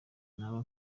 naba